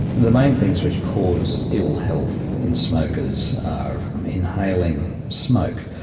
the main things which cause ill health in smokers are inhaling smoke.